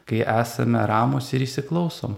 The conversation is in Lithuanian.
kai esame ramūs ir įsiklausom